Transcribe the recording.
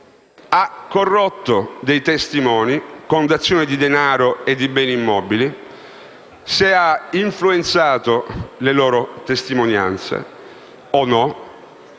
ha corrotto dei testimoni con dazioni di denaro o di beni immobili, se ha influenzato le loro testimonianze, se